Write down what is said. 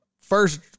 first